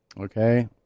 Okay